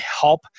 help